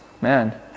Man